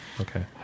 Okay